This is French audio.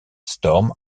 storm